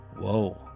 Whoa